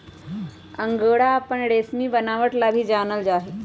angora अपन रेशमी बनावट ला भी जानल जा हई